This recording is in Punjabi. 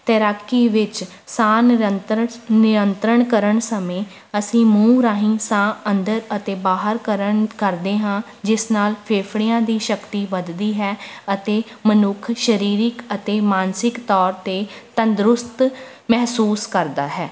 ਤੈਰਾਕੀ ਵਿੱਚ ਸਾਹ ਨਿਯੰਰਤਨ ਨਿਯੰਤਰਣ ਕਰਨ ਸਮੇਂ ਅਸੀਂ ਮੂੰਹ ਰਾਹੀਂ ਸਾਹ ਅੰਦਰ ਅਤੇ ਬਾਹਰ ਕਰਨ ਕਰਦੇ ਹਾਂ ਜਿਸ ਨਾਲ ਫੇਫੜਿਆਂ ਦੀ ਸ਼ਕਤੀ ਵੱਧਦੀ ਹੈ ਅਤੇ ਮਨੁੱਖ ਸਰੀਰਿਕ ਅਤੇ ਮਾਨਸਿਕ ਤੌਰ 'ਤੇ ਤੰਦਰੁਸਤ ਮਹਿਸੂਸ ਕਰਦਾ ਹੈ